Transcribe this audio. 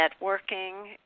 networking